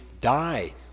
die